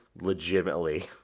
legitimately –